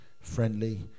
friendly